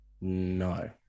No